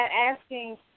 asking